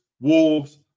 Wolves